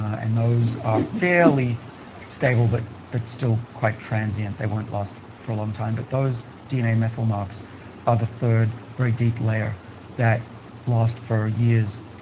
and those are fairly stable, but but still quite transient. they won't last for a long time. but those dna methyl marks are the third very deep layer that last for years,